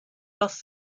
thus